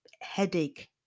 headache